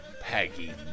Peggy